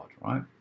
right